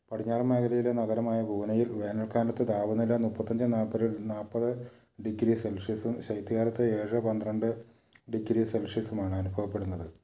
പടിഞ്ഞാറൻ മേഖലയിലെ നഗരമായ പൂനെയിൽ വേനൽക്കാലത്ത് താപനില മുപ്പത്തിയഞ്ച് നാല്പ്പത് ഡിഗ്രി സെൽഷ്യസും ശൈത്യകാലത്ത് ഏഴ് പന്ത്രണ്ട് ഡിഗ്രി സെൽഷ്യസുമാണ് അനുഭവപ്പെടുന്നത്